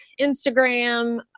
Instagram